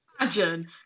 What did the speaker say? imagine